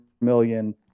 million